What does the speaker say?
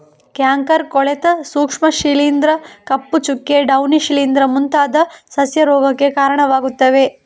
canker, ಕೊಳೆತ ಸೂಕ್ಷ್ಮ ಶಿಲೀಂಧ್ರ, ಕಪ್ಪು ಚುಕ್ಕೆ, ಡೌನಿ ಶಿಲೀಂಧ್ರ ಮುಂತಾದವು ಸಸ್ಯ ರೋಗಕ್ಕೆ ಕಾರಣವಾಗುತ್ತವೆ